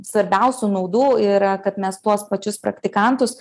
svarbiausių naudų yra kad mes tuos pačius praktikantus